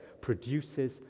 produces